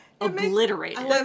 obliterated